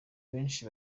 benshi